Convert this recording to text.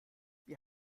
wir